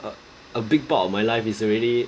a big part of my life is already